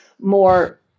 more